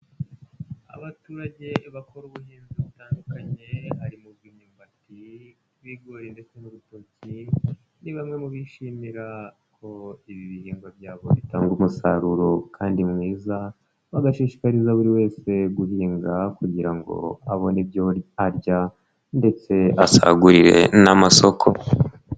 Abaturage bakora ubuhinzi butandukanye harimo ubw'imyumbati bigoye ndetse n'urutoki ni bamwe mu bishimira ko ibi bihingwa byabo bitanga umusaruro kandi mwiza bagashishikariza buri wese guhinga kugira ngo abone ibyo arya ndetse asagurire n'amasoko.